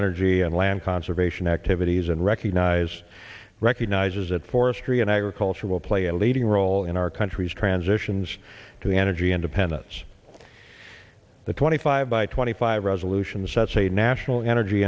energy and land conservation activities and recognize recognizes that forestry and agriculture will play a leading role in our country's transitions to energy independence the twenty five by twenty five resolutions that's a national energy